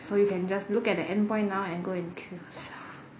so you can just look at the end point now and go and kill yourself